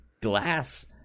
Glass